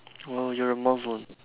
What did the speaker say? or you're a Muslim